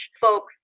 folks